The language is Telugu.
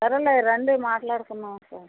సరేలే రండి మాట్లాడుకుందాం ఒకసారి